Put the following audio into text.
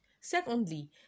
Secondly